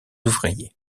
ouvriers